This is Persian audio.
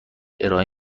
ارائه